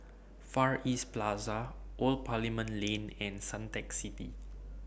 Far East Plaza Old Parliament Lane and Suntec City